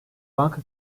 banka